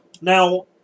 Now